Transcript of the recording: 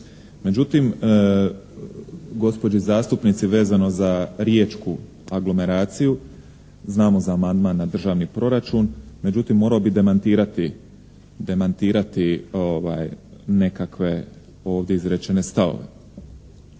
Međutim, gospođi zastupnici vezano za riječku aglomeraciju znamo za amandman na državni proračun. Međutim, morao bi demantirati nekakve ovdje izrečene stavove.